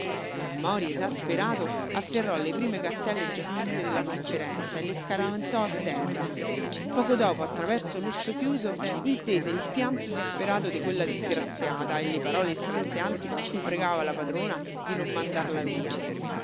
il mori esasperato afferrò le prime cartelle già scritte della conferenza e le scaraventò a terra poco dopo attraverso l'uscio chiuso intese il pianto disperato di quella disgraziata e le parole strazianti con cui pregava la padrona di non mandarla via